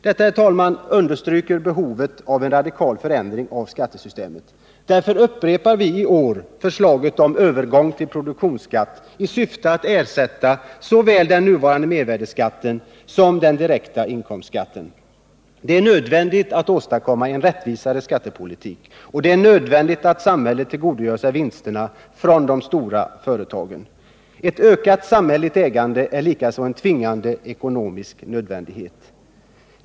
Detta, herr talman, understryker behovet av en radikal förändring av skattesystemet. Därför upprepar vi i år förslaget om övergång till produktionsskatt i syfte att ersätta såväl den nuvarande mervärdeskatten som den direkta inkomstskatten. Det är nödvändigt att åstadkomma en rättvisare skattepolitik. Och det är nödvändigt att samhället tillgodogör sig vinsterna från de stora företagen. Ett ökat samhälleligt ägande är likaså en tvingande ekonomisk nödvändighet.